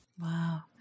Wow